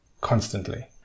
constantly